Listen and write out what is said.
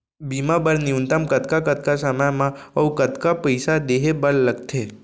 बीमा बर न्यूनतम कतका कतका समय मा अऊ कतका पइसा देहे बर लगथे